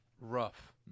Rough